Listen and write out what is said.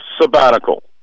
sabbatical